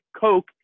Coke